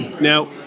Now